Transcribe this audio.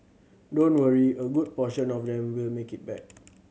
don't worry a good portion of them will make it back